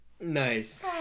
Nice